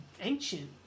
ancient